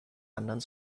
anderen